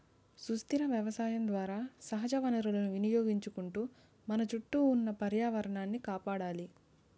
సుస్థిర వ్యవసాయం ద్వారా సహజ వనరులను వినియోగించుకుంటూ మన చుట్టూ ఉన్న పర్యావరణాన్ని కాపాడాలి